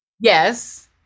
Yes